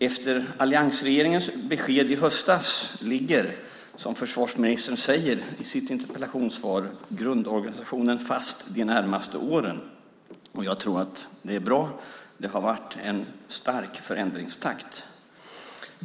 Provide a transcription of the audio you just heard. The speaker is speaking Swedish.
Efter alliansregeringens besked i höstas ligger, som försvarsministern säger i sitt interpellationssvar, grundorganisationen fast de närmaste åren. Jag tror att det är bra; det har varit en stark förändringstakt.